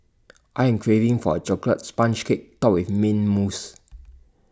I am craving for A Chocolate Sponge Cake Topped with Mint Mousse